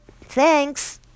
Thanks